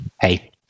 hey